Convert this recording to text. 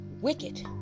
wicked